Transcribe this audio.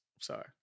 sorry